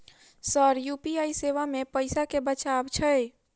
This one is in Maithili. सर यु.पी.आई सेवा मे पैसा केँ बचाब छैय?